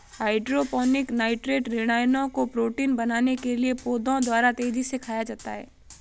hydroponic nitrate ऋणायनों को protein बनाने के लिए पौधों द्वारा तेजी से खाया जाता है